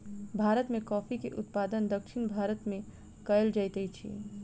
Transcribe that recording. भारत में कॉफ़ी के उत्पादन दक्षिण भारत में कएल जाइत अछि